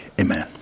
Amen